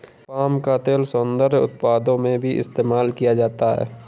palm का तेल सौन्दर्य उत्पादों में भी इस्तेमाल किया जाता है